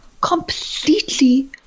completely